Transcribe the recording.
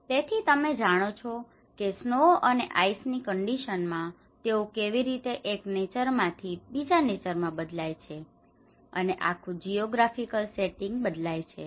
તેથી તમે જાણો છો કે સ્નો અને આઈસ ની કન્ડિશન માં તેઓ કેવી રીતે એક નેચર માંથી બીજા નેચર માં બદલાય છે અને આખું જિયોગ્રાફિકલ સેટિંગ બદલાય છે